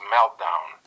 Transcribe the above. Meltdown